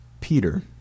Peter